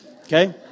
Okay